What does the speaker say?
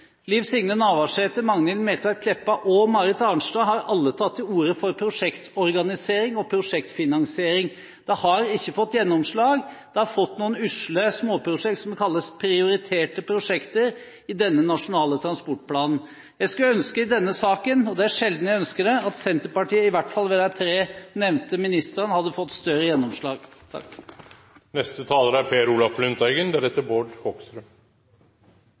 Liv Signe Navarsete, Magnhild Meltveit Kleppa og Marit Arnstad har alle tatt til orde for prosjektorganisering og prosjektfinansiering. De har ikke fått gjennomslag. De har fått noe usle småprosjekt som kalles prioriterte prosjekter i denne Nasjonal transportplan. Jeg skulle ønske i denne saken – og det er sjelden jeg ønsker det – at Senterpartiet i hvert fall ved de tre nevnte ministrene hadde fått større gjennomslag. Slik taler